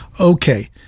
Okay